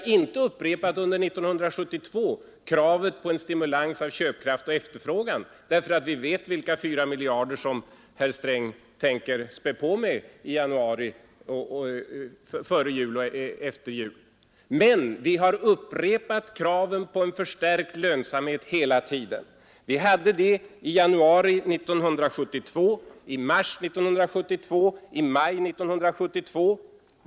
Vi har under 1972 inte upprepat kravet på en stimulans av köpkraft och efterfrågan därför att vi vet vilka 4 miljarder kronor som herr Sträng tänker spä på med före och efter jul, men vi har hela tiden upprepat kravet på en förstärkt lönsamhet. Vi lade fram det i januari 1972, i mars 1972 och i maj 1972.